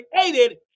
created